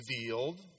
revealed